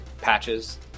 patches